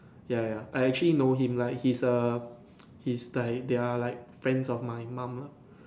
ya ya ya I actually know him like he's a he's like they're like friends of my mum lah